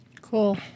cool